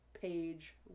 page